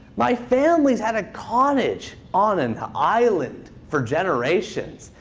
my family's had a cottage on an island for generations.